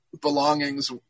belongings